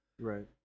Right